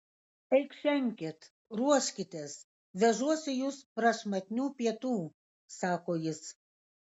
eikšenkit ruoškitės vežuosi jus prašmatnių pietų sako jis